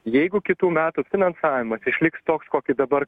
jeigu kitų metų finansavimas išliks toks kokį dabar